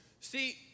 See